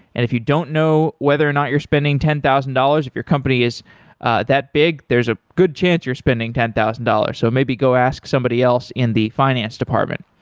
if you don't know whether or not you're spending ten thousand dollars, if your company is that big, there's a good chance you're spending ten thousand dollars. so maybe go ask somebody else in the finance department.